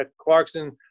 Clarkson